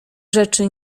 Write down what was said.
rzeczy